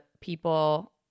people